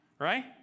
Right